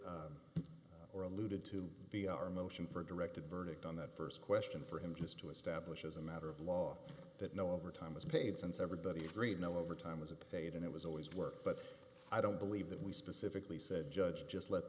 suggested or alluded to the our motion for directed verdict on that st question for him just to establish as a matter of law that no overtime was paid since everybody agreed no overtime was update and it was always worked but i don't believe that we specifically said judge just let